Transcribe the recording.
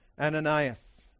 Ananias